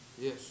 Yes